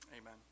amen